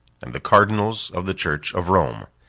and the cardinals of the church of rome.